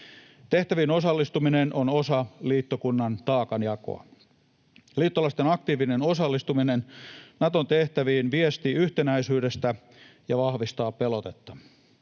Tehtäviin osallistuminen on osa liittokunnan taakanjakoa. Liittolaisten aktiivinen osallistuminen Naton tehtäviin viestii yhtenäisyydestä ja vahvistaa pelotetta.